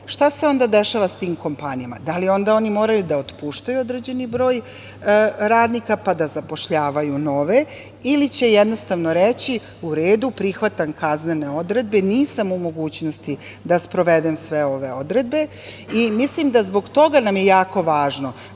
Šta se onda dešava sa tim kompanijama? Da li onda oni moraju da otpuštaju određeni broj radnika pa da zapošljavaju nove ili će jednostavno reći – u redu, prihvatam kaznene odredbe, nisam u mogućnosti da sprovedem sve ove odredbe? Mislim da nam je zbog toga jako važno,